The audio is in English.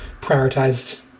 prioritized